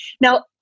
Now